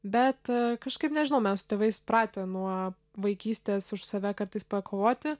bet kažkaip nežinau mes su tėvais pratę nuo vaikystės už save kartais pakovoti